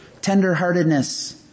tenderheartedness